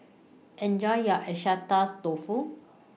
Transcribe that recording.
Enjoy your Agedashi Dofu